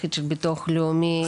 במערכת של ביטוח לאומי.